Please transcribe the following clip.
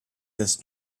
this